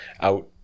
out